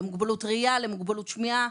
למוגבלות ראייה, למוגבלות שמיעה,